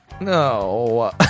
no